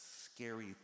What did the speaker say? scary